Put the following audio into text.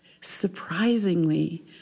surprisingly